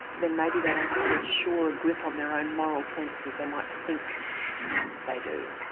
then maybe they don't have as sure a grip on their own moral sense as they might think they do.